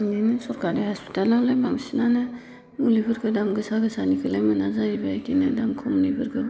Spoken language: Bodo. बिदिनो सोरखारि हस्पिटालआवलाय बांसिनानो मुलिफोरखौ दाम गोसा गोसानिखौलाय मोना जाहैबाय बिदिनो दाम खमनिफोरखो